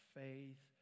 faith